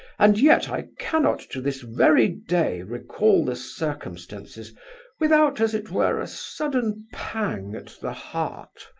and yet i cannot to this very day recall the circumstances without, as it were, a sudden pang at the heart.